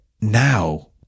now